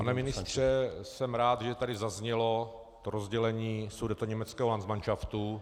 Pane ministře, jsem rád, že tady zaznělo rozdělení sudetoněmeckého landsmanšaftu.